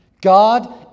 god